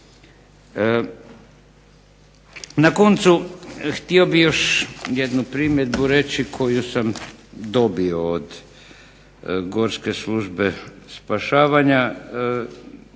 Na koncu htio bih još jednu primjedbu reći koju sam dobio od Gorske službe spašavanja.